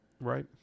Right